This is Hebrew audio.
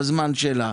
בזמן שלה.